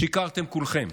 שיקרתם כולכם.